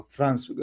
France